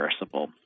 reversible